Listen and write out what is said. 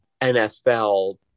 NFL